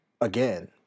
again